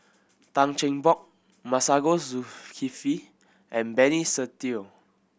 Tan Cheng Bock Masagos Zulkifli and Benny Se Teo